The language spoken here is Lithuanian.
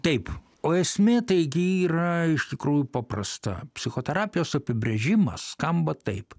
taip o esmė taigi yra iš tikrųjų paprasta psichoterapijos apibrėžimas skamba taip